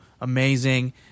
amazing